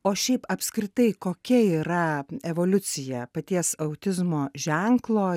o šiaip apskritai kokia yra evoliucija paties autizmo ženklo